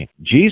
Jesus